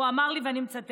הוא אמר לי, ואני מצטטת: